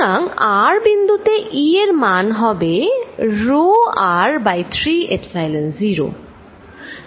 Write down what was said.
সুতরাং r বিন্দুতে E এর মান হবে rho r বাই 3 এপসাইলন 0